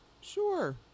sure